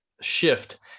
shift